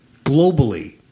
globally